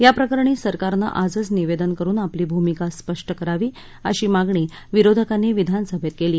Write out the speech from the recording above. याप्रकरणी सरकारनं आजच निवेदन करुन आपली भूमिका स्पष्ट करावी अशी मागणी विरोधकांनी विधानसभेत केली